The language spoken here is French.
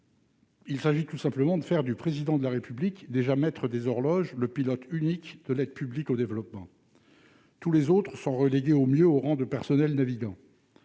il s'agit tout simplement de faire du Président de la République, déjà maître des horloges, le pilote unique de l'aide publique au développement. Tous les autres acteurs sont relégués, au mieux, au rang de personnels navigants